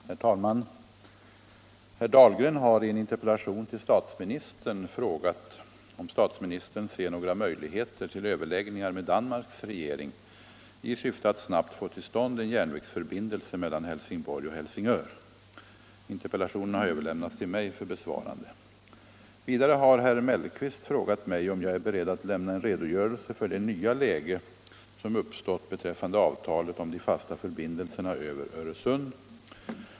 Herr talman! Herr Dahlgren har i en interpellation till statsministern frågat om statsministern ser några möjligheter till överläggningar med Danmarks regering i syfte att snabbt få till stånd en järnvägsförbindelse mellan Helsingborg och Helsingör. Interpellationen har överlämnats till mig för besvarande. Vidare har herr Mellqvist frågat mig om jag är beredd att lämna en redogörelse för det nya läge som uppstått beträffande avtalet om de fasta förbindelserna över Öresund.